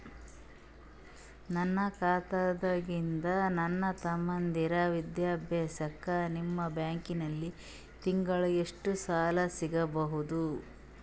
ನನ್ನ ಖಾತಾದಾಗಿಂದ ನನ್ನ ತಮ್ಮಂದಿರ ವಿದ್ಯಾಭ್ಯಾಸಕ್ಕ ನಿಮ್ಮ ಬ್ಯಾಂಕಲ್ಲಿ ತಿಂಗಳ ಎಷ್ಟು ಸಾಲ ಸಿಗಬಹುದು?